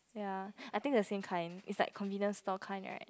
ya I think the same kind is like convenience store kind right